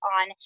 on